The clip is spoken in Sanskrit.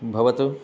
भवतु